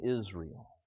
Israel